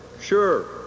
Sure